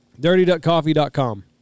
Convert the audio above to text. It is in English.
DirtyDuckCoffee.com